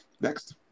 Next